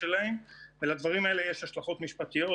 שלהם ולדברים האלה יש השלכות משפטיות,